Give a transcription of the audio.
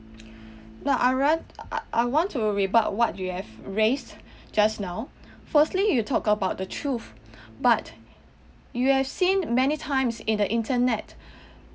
now I run~ I I want to rebuke what you have raised just now firstly you talk about the truth but you have seen many times in the internet